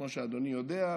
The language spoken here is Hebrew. כמו שאדוני יודע,